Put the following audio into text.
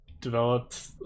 developed